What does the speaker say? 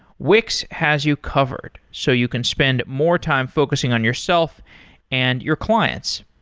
wix has you covered, so you can spend more time focusing on yourself and your clients.